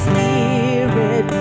Spirit